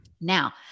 Now